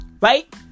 right